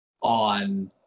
on